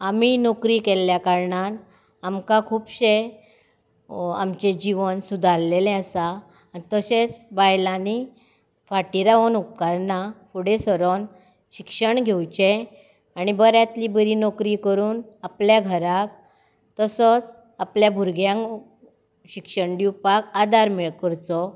आमी नोकरी केल्ल्या कारणान आमकां खुबशें आमचें जिवन सुदारिल्लें आसा आनी तशेंच बायलांनी फाटी रावूंक उपकारना फुडें सरून शिक्षण घेवचें आनी बऱ्यांतली बरी नोकरी करून आपल्या घराक तसोच आपल्या भुरग्यांक शिक्षण दिवपाक आदार मेळ करचो